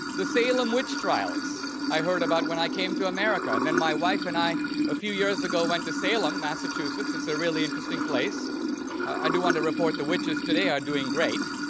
the salem witch trials i heard about when i came to america, and then my wife and i a few years ago went to salem, massachusetts, it's a really interesting place i do want to report, the witches today are doing great,